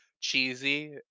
cheesy